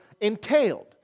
entailed